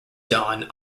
done